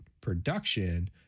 production